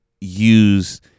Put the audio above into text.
use